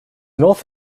north